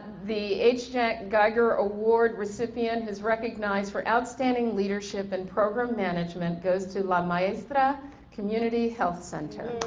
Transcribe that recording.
the h. jack geiger award recipient is recognized for outstanding leadership and program management goes to la maestra community health center